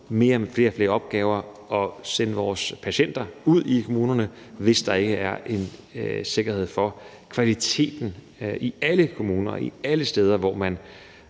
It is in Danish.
flere og flere opgaver og sende vores patienter ud i kommunerne, hvis der ikke er en sikkerhed for kvaliteten i alle kommuner, alle steder, hvor man